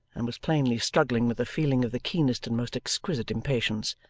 and was plainly struggling with a feeling of the keenest and most exquisite impatience.